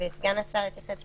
גם אודי וסגן השר התייחס.